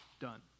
done